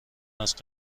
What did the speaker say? است